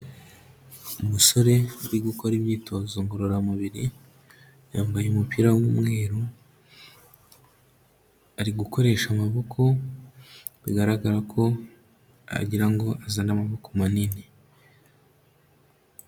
Umusore uri gukora imyitozo ngororamubiri, yambaye umupira w'umweru, ari gukoresha amaboko bigaragara ko agira ngo azane amaboko manini.